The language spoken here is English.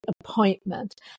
appointment